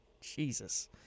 Jesus